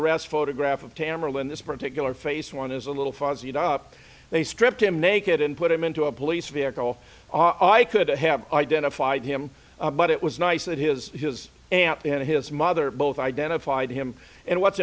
arrest photograph of tamela in this particular face one is a little fuzzy it up they stripped him naked and put him into a police vehicle on i could have identified him but it was nice that his his aunt and his other both identified him and what's